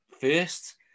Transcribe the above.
first